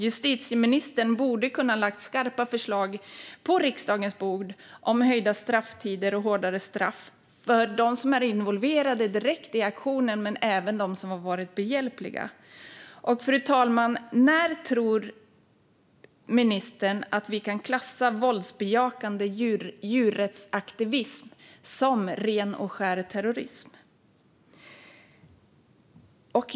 Justitieministern borde kunna lägga skarpa förslag på riksdagens bord om höjda strafftider och hårdare straff för dem som är direkt involverade i aktionen men även de som har varit behjälpliga. Fru talman! När tror ministern att vi kan klassa våldsbejakande djurrättsaktivism som ren och skär terrorism?